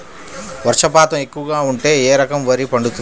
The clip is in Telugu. వర్షపాతం ఎక్కువగా ఉంటే ఏ రకం వరి పండుతుంది?